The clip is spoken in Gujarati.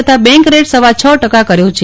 તથા બેન્ક રેટ સવા છ ટકા કર્યો છે